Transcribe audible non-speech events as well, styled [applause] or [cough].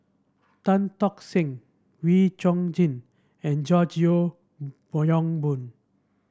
Tan Tock Seng Wee Chong Jin and George Yeo [unintelligible] Yong Boon